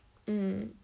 mm